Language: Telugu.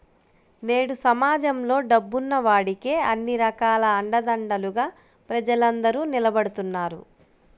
నేడు సమాజంలో డబ్బున్న వాడికే అన్ని రకాల అండదండలుగా ప్రజలందరూ నిలబడుతున్నారు